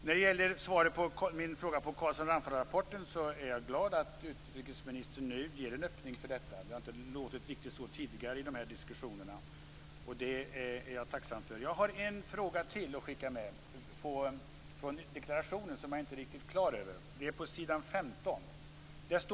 När det gäller svaret på min fråga om Carlsson Ramphal-rapporten är jag glad att utrikesministern nu ger en öppning för detta. Det har inte låtit riktigt så tidigare i de här diskussionerna. Detta är jag tacksam för. Jag har en fråga till att skicka med. Det gäller en sak i deklarationen som jag inte är riktigt klar över.